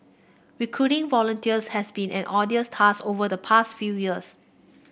recruiting volunteers has been an arduous task over the past few years